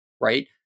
right